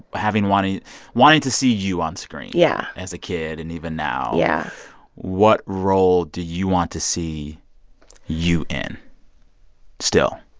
but having wanting wanting to see you on screen yeah as a kid and even now yeah, yeah what role do you want to see you in still?